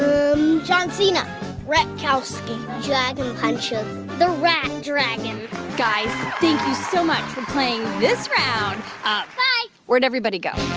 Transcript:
john cena rettcowski dragon puncher the rat dragon guys, thank you so much for playing this round of. bye where'd everybody go?